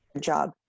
job